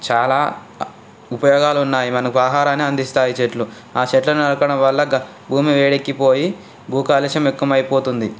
చాలా ఉపయోగాలు ఉన్నాయి మనకు ఆహారాన్ని అందిస్తాయి చెట్లు ఆ చెట్లను నరకడం వల్ల గా భూమి వేడెక్కిపోయి భూ కాలుష్యం ఎక్కువై పోతుంది